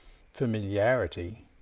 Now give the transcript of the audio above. familiarity